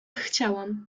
chciałam